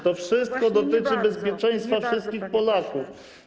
To wszystko dotyczy bezpieczeństwa wszystkich Polaków.